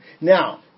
Now